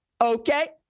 okay